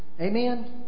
Amen